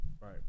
Right